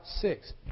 six